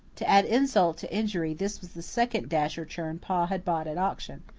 to add insult to injury this was the second dasher churn pa had bought at auction.